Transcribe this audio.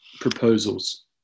proposals